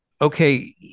okay